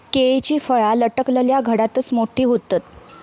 केळीची फळा लटकलल्या घडातच मोठी होतत